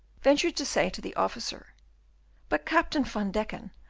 ventured to say to the officer but, captain van deken,